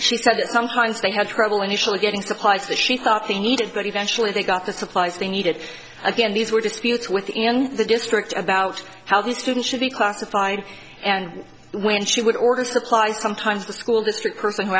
she said sometimes they had trouble initially getting supplies that she thought they needed but eventually they got the supplies they needed again these were disputes within the district about how the student should be classified and when she would order supplies sometimes the school district person who